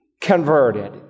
converted